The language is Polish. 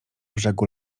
brzegu